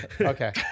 Okay